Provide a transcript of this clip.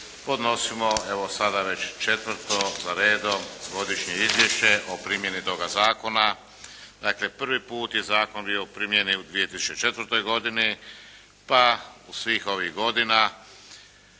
podnosimo evo sada već četvrto za redom Godišnje izvješće o primjeni toga zakona. Dakle, prvi put je zakon bio u primjeni u 2004. godini, pa svih ovih godina